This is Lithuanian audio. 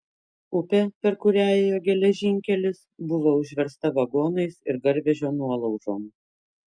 upė per kurią ėjo geležinkelis buvo užversta vagonais ir garvežio nuolaužom